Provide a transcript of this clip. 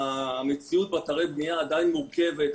המציאות באתרי הבנייה עדיין מורכבת,